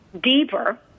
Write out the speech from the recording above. deeper